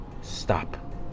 stop